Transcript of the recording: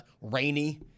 rainy